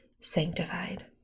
sanctified